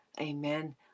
amen